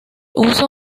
uso